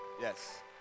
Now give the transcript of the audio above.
Yes